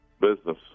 Business